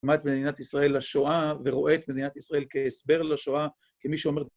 למדת מדינת ישראל לשואה, ורואה את מדינת ישראל כהסבר לשואה, כמי שאומר...